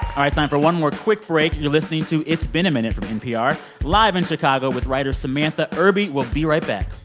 time for one more quick break. you're listening to it's been a minute from npr, live in chicago with writer samantha irby. we'll be right back